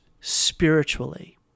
spiritually